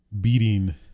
beating